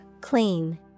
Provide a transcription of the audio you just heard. clean